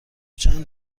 چند